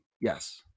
Yes